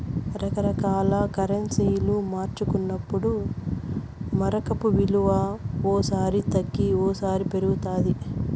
రకరకాల కరెన్సీలు మార్చుకున్నప్పుడు మారకపు విలువ ఓ సారి తగ్గి ఓసారి పెరుగుతాది